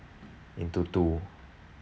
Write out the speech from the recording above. into two